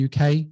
UK